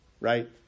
right